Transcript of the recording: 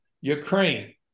Ukraine